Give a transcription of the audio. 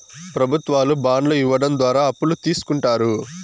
ప్రభుత్వాలు బాండ్లు ఇవ్వడం ద్వారా అప్పులు తీస్కుంటారు